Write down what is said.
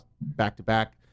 back-to-back